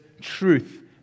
truth